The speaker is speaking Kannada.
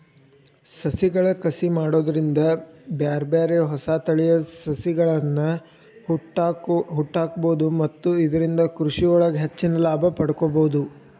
ಸಸಿಗಳ ಕಸಿ ಮಾಡೋದ್ರಿಂದ ಬ್ಯಾರ್ಬ್ಯಾರೇ ಹೊಸ ತಳಿಯ ಸಸಿಗಳ್ಳನ ಹುಟ್ಟಾಕ್ಬೋದು ಮತ್ತ ಇದ್ರಿಂದ ಕೃಷಿಯೊಳಗ ಹೆಚ್ಚಿನ ಲಾಭ ಪಡ್ಕೋಬೋದು